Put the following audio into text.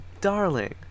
darling